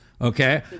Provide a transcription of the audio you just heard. Okay